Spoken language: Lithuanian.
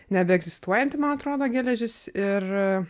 nebeegzistuojanti man atrodo geležis ir